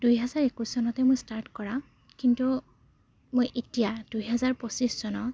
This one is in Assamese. দুহেজাৰ একৈছ চনতে মই ষ্টাৰ্ট কৰা কিন্তু মই এতিয়া দুহেজাৰ পঁচিছ চনৰ